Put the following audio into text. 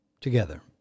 Together